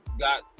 got